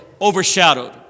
overshadowed